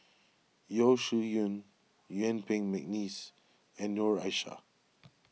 Yeo Shih Yun Yuen Peng McNeice and Noor Aishah